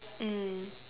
mm